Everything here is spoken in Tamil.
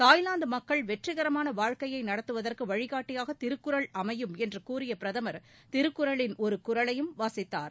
தாய்லாந்து மக்கள் வெற்றிகரமான வாழ்க்கையை நடத்துவதற்கு வழிகாட்டியாக திருக்குறள் அமையும் என்று கூறிய பிரதமர் திருக்குறளின் ஒரு குறளையும் வாசித்தார்